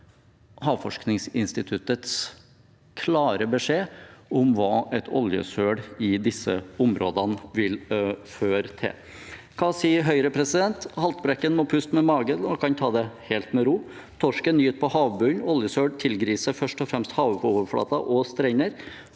Havforskningsinstituttets klare beskjed om hva et oljesøl i disse områdene vil føre til. Hva sier Høyre? Jo, de sier: «Haltbrekken må puste med magen og kan ta det helt med ro. (…) Torsken gyter på havbunnen. Oljesøl tilgriser først og fremst havoverflaten og strendene.»